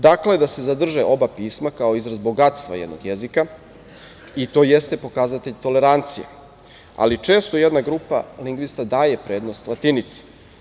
Dakle, da se zadrže oba pisma kao izraz bogatstva jednog jezika, i to je ste pokazatelj tolerancije, ali često jedna grupa lingvista daje prednost latinici.